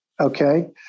Okay